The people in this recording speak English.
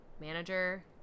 manager